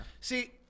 See